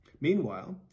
Meanwhile